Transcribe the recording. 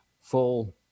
full